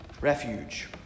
refuge